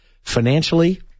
Financially